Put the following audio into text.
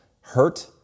hurt